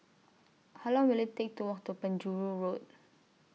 How Long Will IT Take to Walk to Penjuru Road